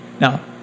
Now